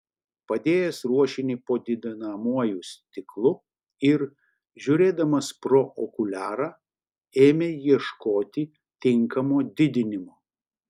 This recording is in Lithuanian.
padėjęs ruošinį po didinamuoju stiklu ir žiūrėdamas pro okuliarą ėmė ieškoti tinkamo didinimo